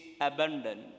abundant